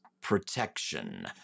protection